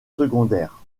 secondaires